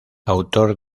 autor